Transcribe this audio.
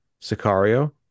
Sicario